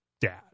dad